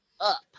up